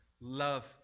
love